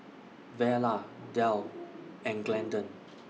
Vella Delle and Glendon